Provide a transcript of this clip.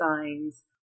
signs